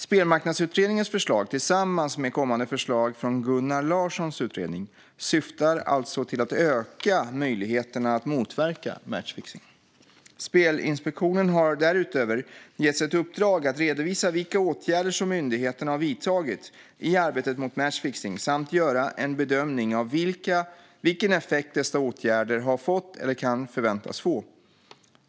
Spelmarknadsutredningens förslag, tillsammans med kommande förslag från Gunnar Larssons utredning, syftar alltså till att öka möjligheterna att motverka matchfixning. Spelinspektionen har därutöver getts ett uppdrag att redovisa vilka åtgärder som myndigheten har vidtagit i arbetet mot matchfixning samt att göra en bedömning av vilken effekt dessa åtgärder har fått eller kan förväntas få.